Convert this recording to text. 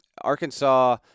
Arkansas